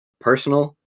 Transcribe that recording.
personal